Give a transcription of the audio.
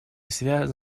связаны